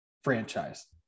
franchise